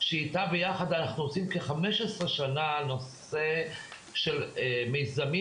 שאיתה יחד אנחנו עושים כ-15 שנה נושא של מיזמים